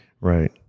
Right